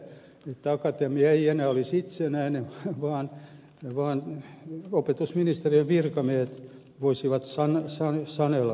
tämä siis tarkoittaa sitä että akatemia ei enää olisi itsenäinen vaan opetusministeriön virkamiehet voisivat sanella tavoitteet